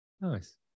Nice